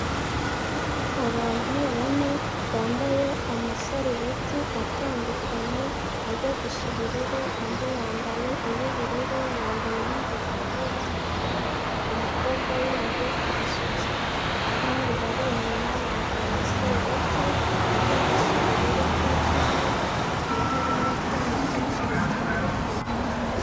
Abantu bane, bambaye amasarubeti atandukanye, ajya gu gusa ubururu, undi yambaye isarubeti y'ubururu, yambaye n'ingofero y'umukara, umukobwa wundi arasutse, abandi bari inyuma bambaye amasarubeti ajya gusura ubururu bwijimye, hakaba harimo ibyuma byinshi bitandukanye.